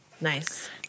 Nice